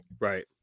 right